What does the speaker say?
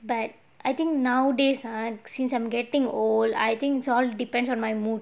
but I think nowadays ah since I'm getting old I think it's all depends on my mood